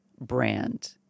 brand